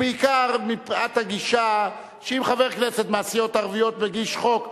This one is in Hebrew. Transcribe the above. ובעיקר מפאת הגישה שאם חבר כנסת מהסיעות הערביות מגיש חוק,